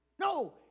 No